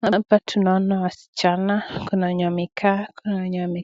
Hapa tunaona wasichana, kuna wenye wamekaa, kuna wenye